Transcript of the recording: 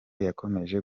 yakomeje